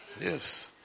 yes